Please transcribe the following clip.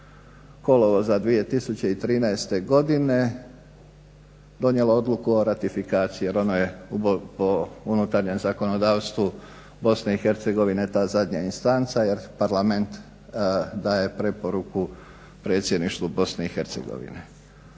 7.kolovoza 2013.godine donijelo odluku o ratifikaciji jer ono je po unutarnjem zakonodavstvu BiH ta zadnja instanca jer parlament daje preporuku predsjedništvu BiH. Dakle opet